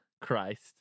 Christ